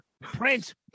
Prince